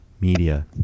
media